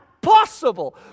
possible